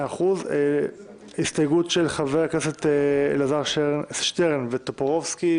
מי בעד ההסתייגות של חברי הכנסת אלעזר שטרן ובועז טופורובסקי,